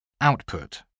output